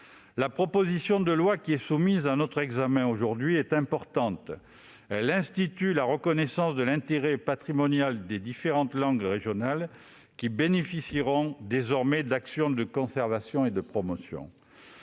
La proposition de loi soumise à notre examen aujourd'hui est importante : elle institue la reconnaissance de l'intérêt patrimonial des différentes langues régionales, qui bénéficieront désormais d'actions de conservation et de promotion.